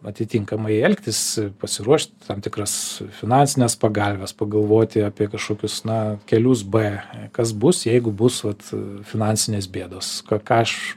atitinkamai elgtis pasiruošt tam tikras finansines pagalves pagalvoti apie kažkokius na kelius b kas bus jeigu bus vat finansinės bėdos ką aš